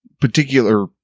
particular